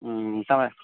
तपाईँ